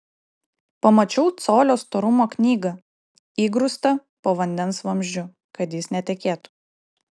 pamačiau colio storumo knygą įgrūstą po vandens vamzdžiu kad jis netekėtų